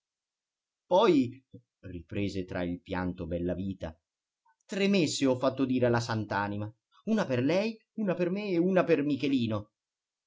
poi riprese tra il pianto bellavita tre messe ho fatto dire alla sant'anima una per lei una per me una per michelino